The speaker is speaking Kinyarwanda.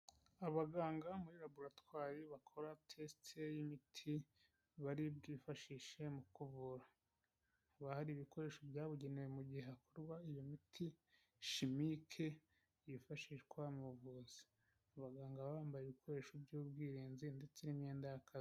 Abaganga muri laboratwari bakora test y'imiti bari bwifashishe mu kuvura hari ibikoresho byabugenewe mu gihe hakorwa iyo miti yifashishwa mu buvuzi abaganga bambaye ibikoresho by'ubwirinzi ndetse n'imyenda y'akazi.